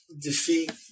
defeat